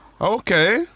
Okay